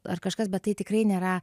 ar kažkas bet tai tikrai nėra